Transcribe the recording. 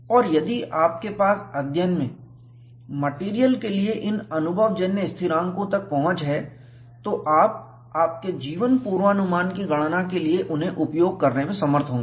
और यदि आपके पास अध्ययन में मेटेरियल के लिए इन अनुभवजन्य स्थिरांकों तक पहुंच है तो आप आपके जीवन पूर्वानुमान गणना के लिए उन्हें उपयोग करने में समर्थ होंगे